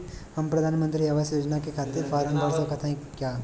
हम प्रधान मंत्री आवास योजना के खातिर फारम भर सकत हयी का?